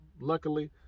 luckily